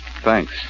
Thanks